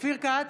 אופיר כץ,